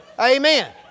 Amen